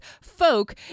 folk